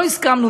לא הסכמנו,